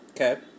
Okay